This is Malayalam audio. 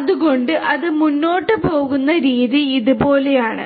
അതിനാൽ അത് മുന്നോട്ടുപോകുന്ന രീതി ഇതുപോലെയാണ്